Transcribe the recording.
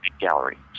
gallery